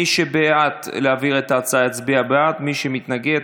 מי שבעד להעביר את ההצעה, יצביע בעד, מי שמתנגד,